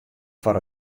foar